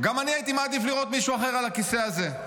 גם אני הייתי מעדיף לראות מישהו אחר על הכיסא הזה,